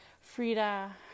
Frida